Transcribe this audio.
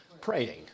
Praying